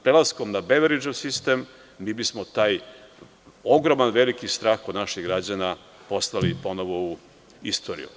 Prelaskom na Beveridžov sistem mi bismo taj ogroman strah kod naših građana poslali u istoriju.